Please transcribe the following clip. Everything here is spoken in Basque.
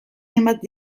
hainbat